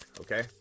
okay